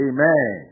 Amen